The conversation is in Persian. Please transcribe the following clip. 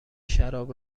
شراب